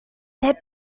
their